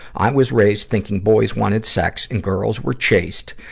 i was raised thinking boys wanted sex and girls were chaste,